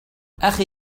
أخي